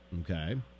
Okay